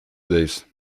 days